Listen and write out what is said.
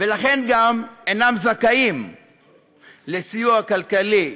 ולכן גם אינם זכאים לסיוע כלכלי